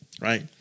right